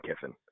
Kiffin